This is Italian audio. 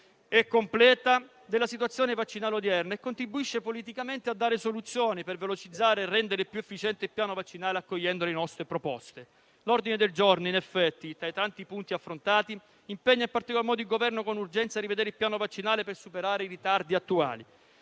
e completa della situazione vaccinale odierna e contribuisce politicamente a dare soluzioni per velocizzare e rendere più efficiente piano vaccinale accogliendo le nostre proposte. L'ordine del giorno, in effetti, tra i tanti punti affrontati, impegna in particolar modo il Governo con urgenza a rivedere il piano vaccinale per superare i ritardi attuali,